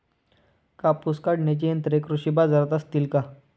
कापूस काढण्याची यंत्रे कृषी बाजारात असतील का?